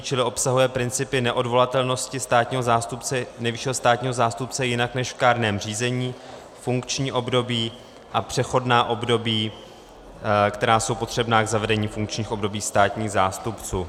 Čili obsahuje principy neodvolatelnosti nejvyššího státního zástupce jinak než v kárném řízení, funkční období a přechodná období, která jsou potřebná k zavedení funkčních období státních zástupců.